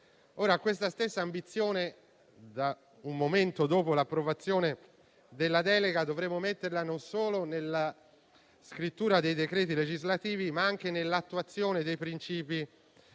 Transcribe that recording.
Questa stessa ambizione, un momento dopo l'approvazione della delega, dovremo metterla nella scrittura dei decreti legislativi e nell'attuazione dei principi